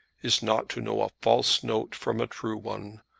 is not to know a false note from a true one.